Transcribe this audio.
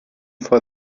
for